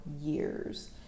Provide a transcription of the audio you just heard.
years